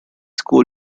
school